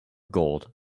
gold